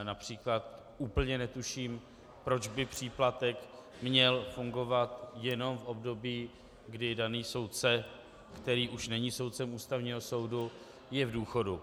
Například úplně netuším, proč by příplatek měl fungovat jenom v období, kdy daný soudce, který už není soudcem Ústavního soudu, je v důchodu.